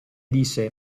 disse